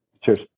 Cheers